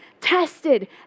tested